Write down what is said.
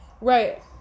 right